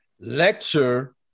Lecture